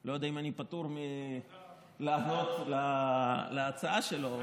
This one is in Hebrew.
אני לא יודע אם אני פטור מלענות על ההצעה שלו.